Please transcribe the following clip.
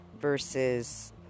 versus